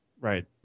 right